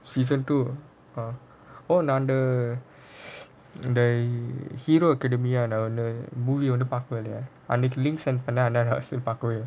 season two !huh! oh watch under the hero academia அது ஒன்னு:athu onnu the movie பாக்கவே இல்ல அன்னிக்கி:paakavae illa annikki link send பண்ண ஆனா பாக்கவே இல்ல:panna aanaa paakavae illa